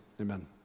amen